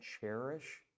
cherish